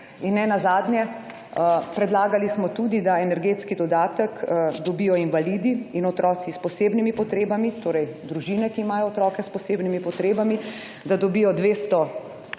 In nenazadnje predlagali smo tudi, da energetski dodatek dobijo invalidi in otroci s posebnimi potrebami, torej družine, ki imajo otroke s posebnimi potrebami, da dobijo 200